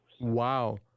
Wow